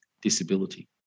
Disability